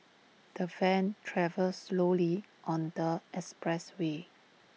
the van travelled slowly on the expressway